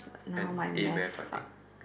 and a-math I think